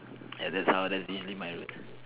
and that's how that's usually my route